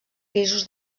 pisos